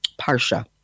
Parsha